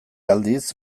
aldiz